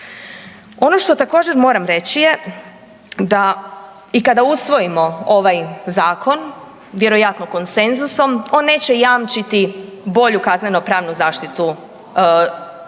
Ono što također, moram reći je da i kada usvojimo ovaj Zakon, vjerojatno konsenzusom, on neće jamčiti bolju kaznenopravnu zaštitu žena